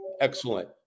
Excellent